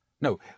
No